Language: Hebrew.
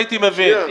הייתי מבין.